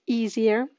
easier